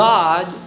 God